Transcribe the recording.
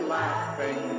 laughing